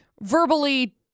verbally